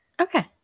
Okay